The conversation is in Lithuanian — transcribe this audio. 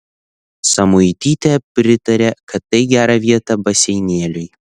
samuitytė pritarė kad tai gera vieta baseinėliui